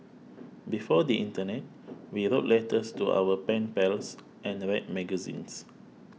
before the internet we wrote letters to our pen pals and read magazines